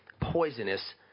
poisonous